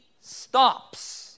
stops